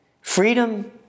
freedom